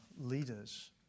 leaders